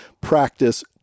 practice